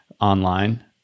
online